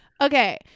okay